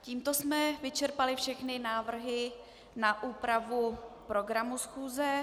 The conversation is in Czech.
Tímto jsme vyčerpali všechny návrhy na úpravu programu schůze.